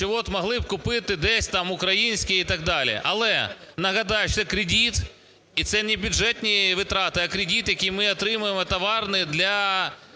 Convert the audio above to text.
що от могли б купити десь там українські і так далі. Але нагадаю, що це кредит, і це не бюджетні витрати, а кредит, який ми отримуємо, товарний, для